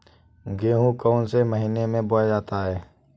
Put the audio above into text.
गेहूँ कौन से महीने में बोया जाता है?